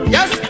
Yes